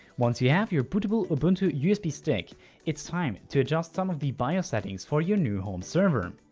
once you have your bootable ubuntu usb stick it's time to adjust some of the bios settings for your new home server.